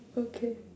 okay